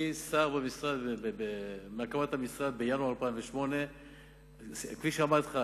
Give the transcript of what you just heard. אני שר במשרד מהקמת המשרד בינואר 2008. כפי שאמרתי לך,